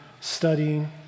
studying